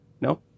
No